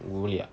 boleh tak